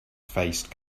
faced